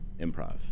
Improv